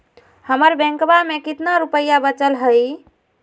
हमर बैंकवा में कितना रूपयवा बचल हई?